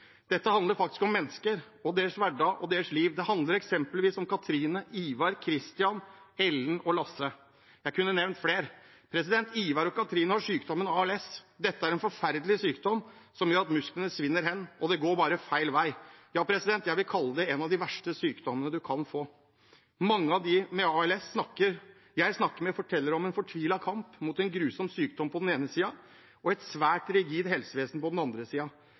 handler faktisk om mennesker, deres hverdag og deres liv. Det handler f.eks. om Cathrine, Ivar, Christian, Ellen og Lasse. Jeg kunne nevnt flere. Ivar og Cathrine har sykdommen ALS. Det er en forferdelig sykdom som gjør at musklene svinner hen, og det går bare feil vei. Ja, jeg vil kalle det en av de verste sykdommene man kan få. Mange av dem med ALS som jeg snakker med, forteller om en fortvilt kamp mot en grusom sykdom på den ene siden og et svært rigid helsevesen på den andre